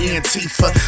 Antifa